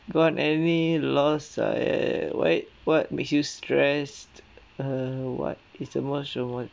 got any loss err why what makes you stressed err what is the most rewarding